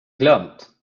glömt